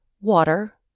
water